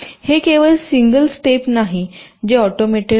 हे केवळ single step नाही जे ऑटोमेटेड आहे